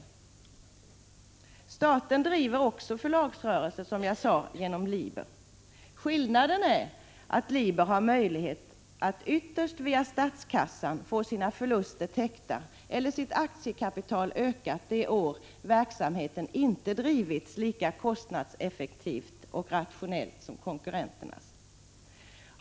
Men som jag sade bedriver staten förlagsrörelser genom sitt förlag Liber, som lyder under samma ekonomiska lagar som de privata förlagen. Skillnaden är att Liber har möjlighet att ytterst via statskassan få sina förluster täckta eller sitt aktiekapital ökat de år verksamheten inte bedrivits lika kostnadseffektivt och rationellt som konkurrenternas.